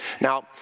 Now